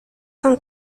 cent